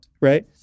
right